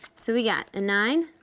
so we got a nine,